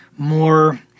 More